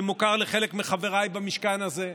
וזה מוכר לחלק מחבריי במשכן הזה.